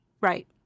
Right